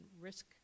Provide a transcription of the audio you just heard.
risk